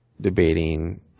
debating